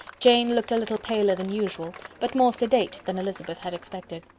jane looked a little paler than usual, but more sedate than elizabeth had expected.